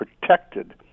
protected